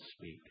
speak